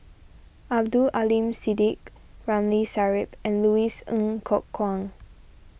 Abdul Aleem Siddique Ramli Sarip and Louis Ng Kok Kwang